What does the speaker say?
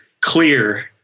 clear